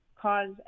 cause